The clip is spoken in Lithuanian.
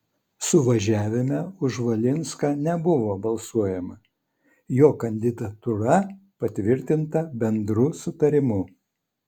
suvažiavime už valinską nebuvo balsuojama jo kandidatūra patvirtinta bendru sutarimu